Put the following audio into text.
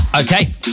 Okay